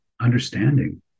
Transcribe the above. understanding